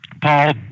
Paul